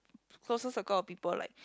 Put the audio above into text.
closer circle of people like